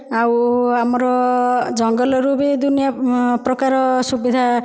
ଆଉ ଆମର ଜଙ୍ଗଲରୁ ବି ଦୁନିଆ ପ୍ରକାର ସୁବିଧା